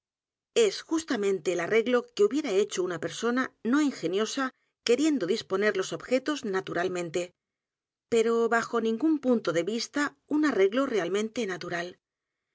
s justamente el arreglo que hubiera hecho una persona no ingeniosa queriendo disponer los objetos naturalmente pero bajo n i n g ú n punto de vista un arreglo realmente natural